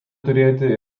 turėti